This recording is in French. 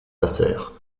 passèrent